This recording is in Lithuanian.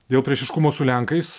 dėl priešiškumo su lenkais